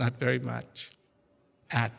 not very much